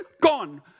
gone